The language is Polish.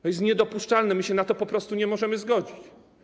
To jest niedopuszczalne, my się na to po prostu nie możemy zgodzić.